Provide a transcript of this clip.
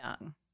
young